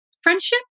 friendship